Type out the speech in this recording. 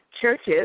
Churches